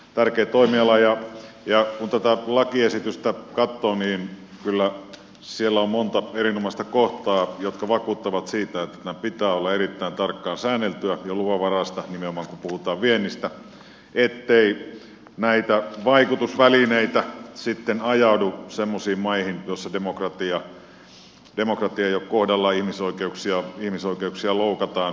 kun tätä lakiesitystä katsoo niin kyllä siellä on monta erinomaista kohtaa jotka vakuuttavat siitä että tämän pitää olla erittäin tarkkaan säänneltyä ja luvanvaraista nimenomaan kun puhutaan viennistä ettei näitä vaikutusvälineitä sitten ajaudu semmoisiin maihin joissa demokratia ei ole kohdallaan ihmisoikeuksia loukataan